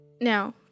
Now